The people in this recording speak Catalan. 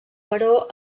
però